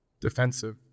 Defensive